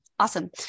awesome